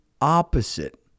opposite